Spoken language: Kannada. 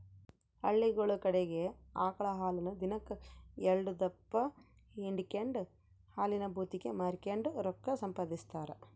ಹಳ್ಳಿಗುಳ ಕಡಿಗೆ ಆಕಳ ಹಾಲನ್ನ ದಿನಕ್ ಎಲ್ಡುದಪ್ಪ ಹಿಂಡಿಕೆಂಡು ಹಾಲಿನ ಭೂತಿಗೆ ಮಾರಿಕೆಂಡು ರೊಕ್ಕ ಸಂಪಾದಿಸ್ತಾರ